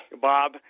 Bob